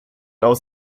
aus